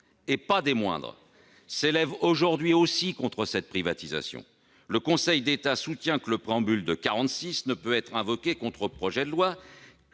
et pas des moindres, s'élèvent aujourd'hui aussi contre cette privatisation. Le Conseil d'État soutient que le préambule de la Constitution de 1946 ne peut être invoqué contre un projet de loi,